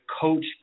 Coach